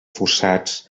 fossats